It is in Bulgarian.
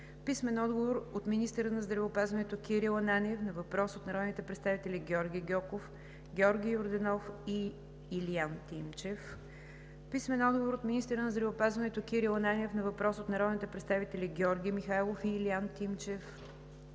Клисурска; - министъра на здравеопазването Кирил Ананиев на въпрос от народните представители Георги Гьоков, Георги Йорданов и Илиян Тимчев; - министъра на здравеопазването Кирил Ананиев на въпрос от народните представители Георги Михайлов и Илиян Тимчев;